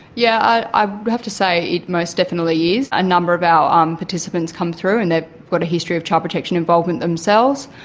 yeah i i have to say it most definitely is. yeah a number of our um participants come through and they've got a history of child protection involvement themselves.